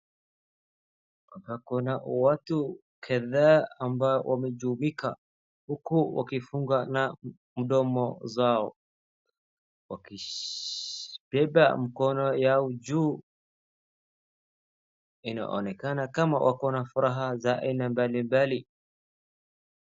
Hapa kuna watu kadhaa ambao wamejumuika huko wakifunga na mdomo zao. Wakish beba mikono yao juu, inaonekana kama wako na furaha za aina mbalimbali.